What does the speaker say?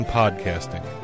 podcasting